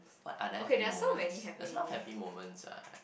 what are there happy moments there's a lot of happy moments ah